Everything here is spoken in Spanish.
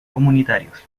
comunitarios